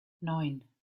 neun